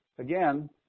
Again